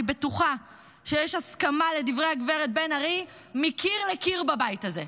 אני בטוחה שיש הסכמה על דברי הגב' בן ארי מקיר לקיר בבית הזה.